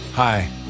Hi